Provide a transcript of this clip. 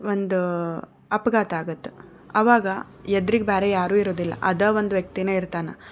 ಒಂದು ಅಪಘಾತ ಆಗುತ್ತಾ ಆವಾಗ ಎದ್ರಿಗೆ ಬೇರೆ ಯಾರೂ ಇರೋದಿಲ್ಲ ಅದು ಒಂದು ವ್ಯಕ್ತಿಯೇ ಇರ್ತಾನೆ